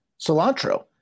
cilantro